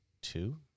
two